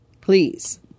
please